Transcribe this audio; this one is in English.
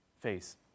face